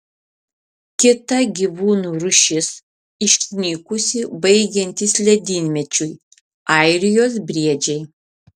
kita gyvūnų rūšis išnykusi baigiantis ledynmečiui airijos briedžiai